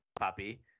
puppy